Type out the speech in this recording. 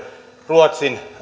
ruotsin